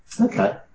Okay